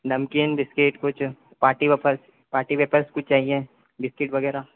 नमकीन बिस्किट कुछ party wafer party wafers कुछ चाहिए बिस्किट वगैरह